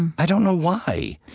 i don't know why.